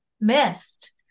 missed